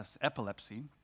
epilepsy